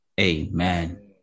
Amen